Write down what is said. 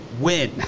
win